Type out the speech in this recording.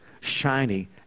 Shiny